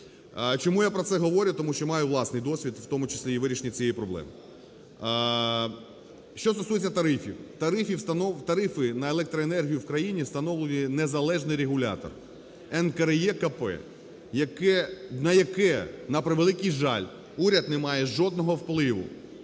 Чому я про це говорю, тому що маю власний досвід, в тому числі і в вирішенні цієї проблеми. Що стосується тарифів. Тарифи на електроенергію в країні встановлює незалежний регулятор НКРЕКП, на яке, на превеликий жаль, уряд немає жодного впливу.